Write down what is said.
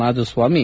Madhuswamy